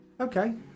Okay